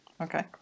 Okay